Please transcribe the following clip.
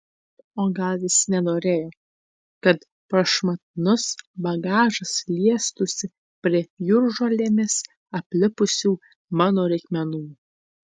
o gal jis nenorėjo kad prašmatnus bagažas liestųsi prie jūržolėmis aplipusių mano reikmenų